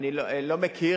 אני לא מכיר.